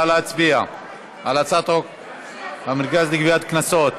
נא להצביע על הצעת חוק המרכז לגביית קנסות.